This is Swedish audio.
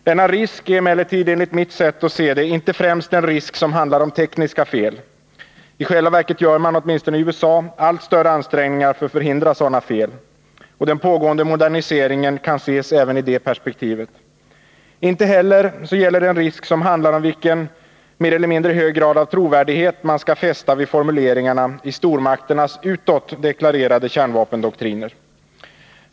Denna risk är emellertid enligt mitt sätt att se inte främst en risk som handlar om tekniska fel. I själva verket gör man, åtminstone i USA, allt större ansträngningar för att förhindra sådana fel. Den pågående moderniseringen kan ses även i detta perspektiv. Inte heller gäller det en risk som handlar om vilken mer eller mindre hög grad av trovärdighet man skall fästa vid formuleringarna i stormakternas utåt deklarerade kärnvapendoktriner.